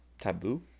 Taboo